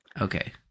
Okay